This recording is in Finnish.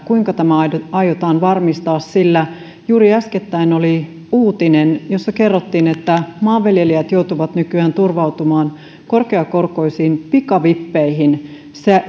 kuinka tämä aiotaan varmistaa sillä juuri äskettäin oli uutinen jossa kerrottiin että maanviljelijät joutuvat nykyään turvautumaan korkeakorkoisiin pikavippeihin